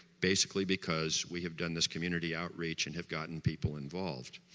basically because we have done this community outreach and have gotten people involved